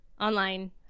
Online